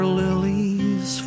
lilies